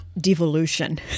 devolution